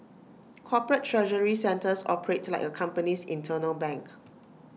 corporate treasury centres operate like A company's internal bank